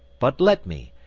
but let me,